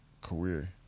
career